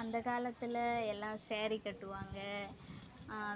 அந்த காலத்தில் எல்லாம் சாரீ கட்டுவாங்க